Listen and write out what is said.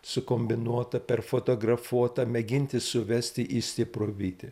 sukombinuota perfotografuota mėginti suvesti į stiprų vytį